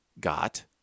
got